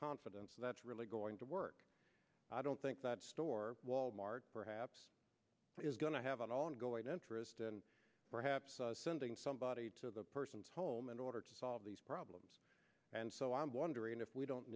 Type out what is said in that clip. confidence that's really going to work i don't think that store wal mart perhaps is going to have an ongoing interest in perhaps sending somebody to the person's home in order to solve these problems and so i'm wondering if we don't